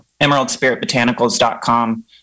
emeraldspiritbotanicals.com